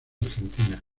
argentina